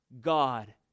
God